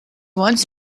wants